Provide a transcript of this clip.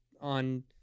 on